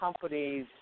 companies